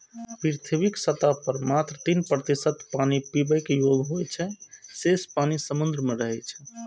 पृथ्वीक सतह पर मात्र तीन प्रतिशत पानि पीबै योग्य होइ छै, शेष पानि समुद्र मे रहै छै